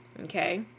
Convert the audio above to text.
okay